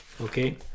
Okay